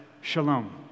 shalom